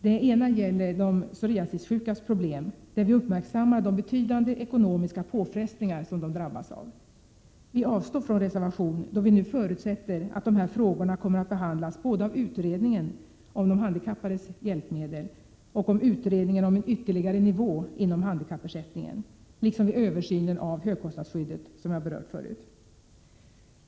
Det ena gäller de psoriasissjukas problem, där vi uppmärksammar de betydande ekonomiska påfrestningar som de drabbas av. Vi avstår från reservation, då vi nu förutsätter att de här frågorna kommer att behandlas både av utredningen om de handikappades hjälpmedel och av utredningen om en ytterligare nivå inom handikappersättningen liksom vid översynen av högkostnadsskyddet, som jag berört förut.